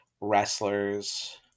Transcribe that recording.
wrestlers